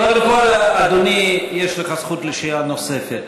קודם כול, אדוני, יש לך זכות לשאלה נוספת.